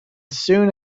soon